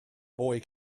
boy